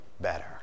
better